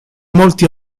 molti